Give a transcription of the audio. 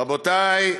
רבותי,